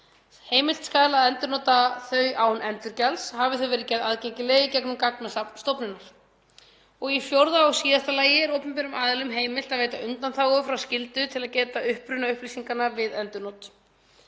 heimilt að endurnota þau án endurgjalds, hafi þau verið gerð aðgengileg í gegnum gagnasafn stofnunar. Í fjórða og síðasta lagi er opinberum aðilum heimilt að veita undanþágu frá skyldu til að geta uppruna upplýsinganna við endurnot.